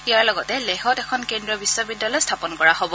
ইয়াৰ লগতে লেহত এখন কেন্দ্ৰীয় বিশ্ববিদ্যালয় স্থাপন কৰা হ'ব